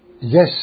yes